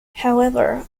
however